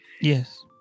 Yes